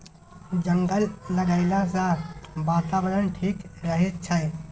जंगल लगैला सँ बातावरण ठीक रहै छै